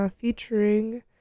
featuring